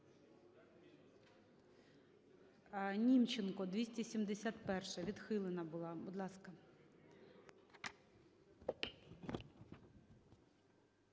Німченко, 271-а. Відхилена була. Будь ласка.